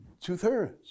two-thirds